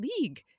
league